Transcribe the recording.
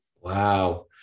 Wow